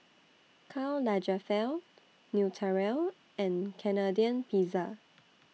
Karl Lagerfeld Naturel and Canadian Pizza